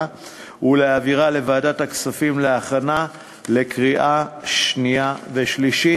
ולהעבירה לוועדת הכספים להכנה לקריאה שנייה ושלישית.